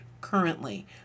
currently